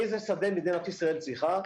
איזה שדה מדינת ישראל צריכה?